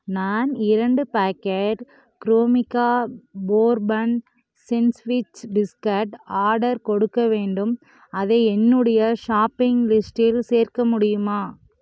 நான் இரண்டு packet Cremica bourbon sandwich biscuit order கொடுக்க வேண்டும் அதை என்னுடைய ஷாப்பிங் லிஸ்ட்டில் சேர்க்க முடியுமா